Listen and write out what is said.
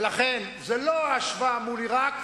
ולכן, זה לא ההשוואה מול עירק,